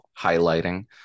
highlighting